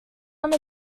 one